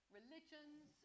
religions